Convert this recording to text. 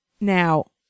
now